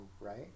right